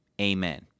amen